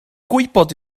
gwybod